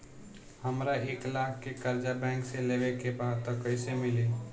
हमरा एक लाख के कर्जा बैंक से लेवे के बा त कईसे मिली?